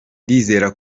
ndizera